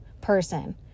person